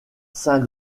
saint